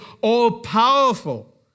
all-powerful